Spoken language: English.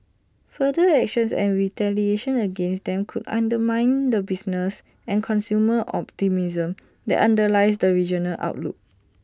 further actions and retaliation against them could undermine the business and consumer optimism that underlies the regional outlook